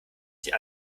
die